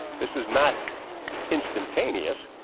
this is not instantaneous.